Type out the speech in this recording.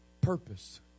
purpose